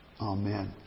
Amen